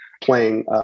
playing